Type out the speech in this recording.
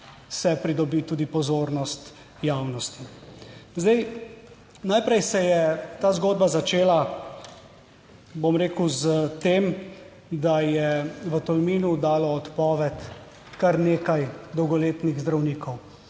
se pridobi tudi pozornost javnosti. Zdaj, najprej se je ta zgodba začela. Bom rekel s tem, da je v Tolminu dalo odpoved kar nekaj dolgoletnih zdravnikov.